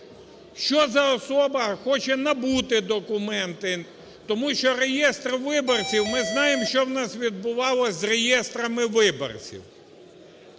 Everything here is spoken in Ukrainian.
що за особа хоче набути документи. Тому що реєстр виборців, ми знаємо, що у нас відбувалося з реєстрами виборців.